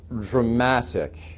dramatic